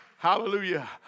Hallelujah